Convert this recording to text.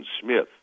Smith